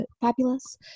fabulous